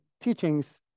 teachings